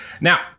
Now